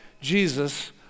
Jesus